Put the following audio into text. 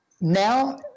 now